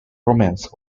romances